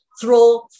Throw